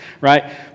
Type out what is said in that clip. right